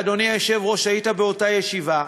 ואדוני היושב-ראש היית באותה ישיבה,